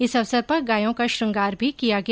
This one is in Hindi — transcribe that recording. इस अवसर पर गायों का श्रंगार भी किया गया